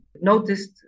noticed